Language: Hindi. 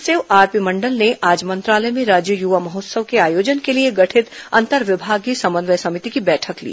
मुख्य सचिव आरपी मण्डल ने आज मंत्रालय में राज्य युवा महोत्सव के आयोजन के लिए गठित अंतर्विभागीय समन्वय समिति की बैठक ली